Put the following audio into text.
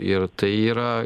ir tai yra